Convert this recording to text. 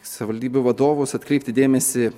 savivaldybių vadovus atkreipti dėmesį